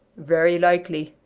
very likely,